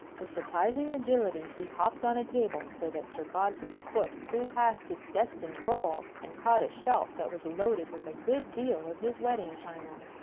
with surprising agility he hopped on a table, so that sir godfrey's foot flew past its destined goal and caught a shelf that was loaded with a good deal of his wedding china.